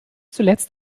zuletzt